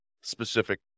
specific